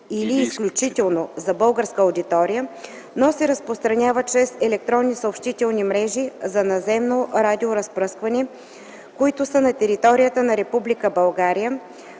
или изключително за българска аудитория, но се разпространяват чрез електронни съобщителни мрежи за наземно радиоразпръскване, които са на територията на Република